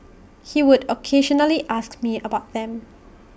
he would occasionally ask me about them